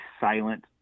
silent